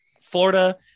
florida